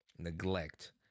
Neglect